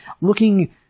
looking